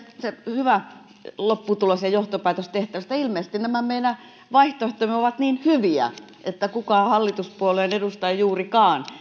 hyvä lopputulos ja johtopäätös tehtävä että ilmeisesti nämä meidän vaihtoehtomme ovat niin hyviä että juurikaan kukaan hallituspuolueiden edustaja